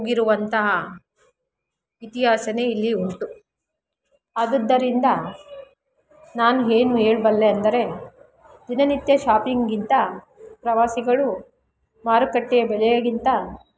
ಹೋಗಿರುವಂತಹ ಇತಿಹಾಸ ಇಲ್ಲಿ ಉಂಟು ಆದುದ್ದರಿಂದ ನಾನು ಏನು ಹೇಳ್ಬಲ್ಲೆ ಅಂದರೆ ದಿನನಿತ್ಯ ಶಾಪಿಂಗಿಂತ ಪ್ರವಾಸಿಗಳು ಮಾರುಕಟ್ಟೆಯ ಬೆಲೆಗಿಂತ